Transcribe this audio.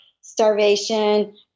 starvation